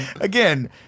Again